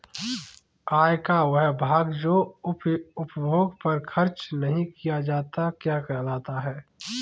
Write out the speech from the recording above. आय का वह भाग जो उपभोग पर खर्च नही किया जाता क्या कहलाता है?